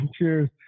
Cheers